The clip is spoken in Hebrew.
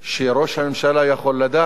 שראש הממשלה יכול לדעת